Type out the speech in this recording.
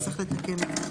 זה צריך לתקן את זה.